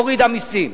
הורידה מסים.